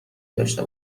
داشته